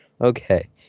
Okay